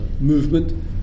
movement